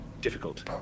difficult